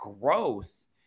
growth